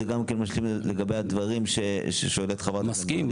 וזה גם משלים לגבי הדברים ששואלת חברת הכנסת יאסין.